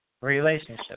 relationship